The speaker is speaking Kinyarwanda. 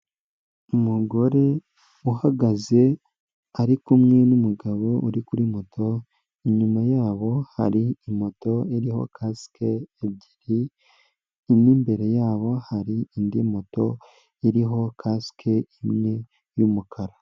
Umugore uhagaze, ari kumwe n'umugabo uri kuri moto, inyuma yabo hari moto iriho kasike ebyiri, n'imbere yabo, hari indi moto, iriho kasike imwe y'umukara.